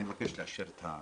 אני מבקש לאשר את הבקשה.